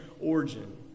origin